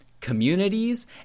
communities